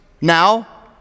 now